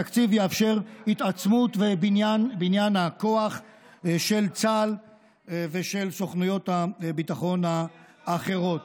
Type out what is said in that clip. התקציב יאפשר התעצמות ובניין הכוח של צה"ל ושל סוכנויות הביטחון האחרות.